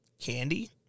Candy